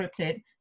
scripted